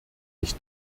ich